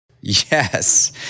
Yes